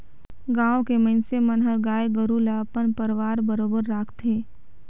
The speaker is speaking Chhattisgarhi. गाँव के मइनसे मन हर गाय गोरु ल अपन परवार बरोबर राखथे